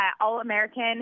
All-American